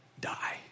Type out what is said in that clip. die